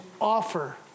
offer